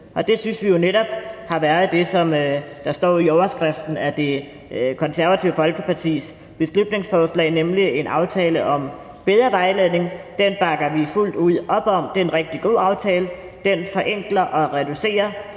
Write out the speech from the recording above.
det synes vi jo netop har været det, der står i overskriften i Det Konservative Folkepartis beslutningsforslag, nemlig en aftale om bedre vejledning. Den bakker vi fuldt ud op om, det er en rigtig god aftale, som forenkler og reducerer